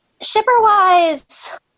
Shipper-wise